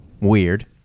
weird